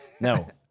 No